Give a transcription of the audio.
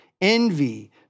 envy